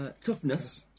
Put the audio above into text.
Toughness